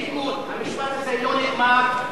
תיקון: המשפט הזה לא נאמר.